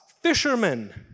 fishermen